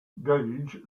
gauge